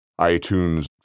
iTunes